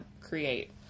create